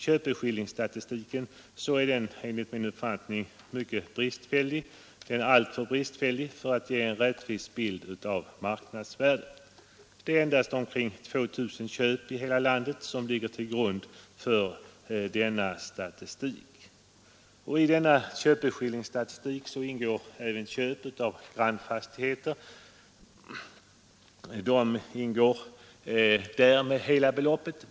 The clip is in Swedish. Köpeskillingsstatistiken är enligt min uppfattning alltför bristfällig för att ge en rättvis bild av marknadsvärdet. Endast omkring 2 000 köp i hela landet ligger till grund för denna statistik. I denna köpeskillingsstatistik ingår även köp av grannfastigheter, och de ingår där med hela beloppet.